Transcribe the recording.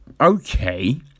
okay